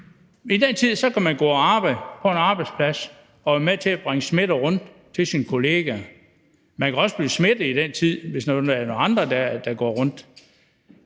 i den tid kan man gå og arbejde på en arbejdsplads og være med til at bringe smitte rundt til sine kollegaer. Man kan også blive smittet i den tid, hvis nu der er nogle andre, der går rundt